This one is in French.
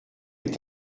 est